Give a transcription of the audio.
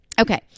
Okay